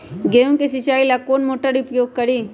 गेंहू के सिंचाई ला कौन मोटर उपयोग करी?